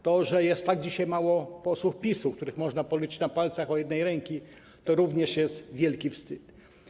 To, że jest dzisiaj tak mało posłów PiS-u, których można policzyć na palcach jednej ręki, to również jest wielki wstyd.